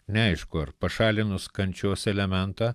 neaišku ar pašalinus kančios elementą